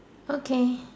okay